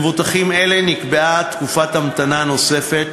למבוטחים אלה נקבעה תקופת המתנה נוספת,